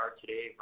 today